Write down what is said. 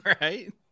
Right